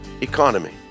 economy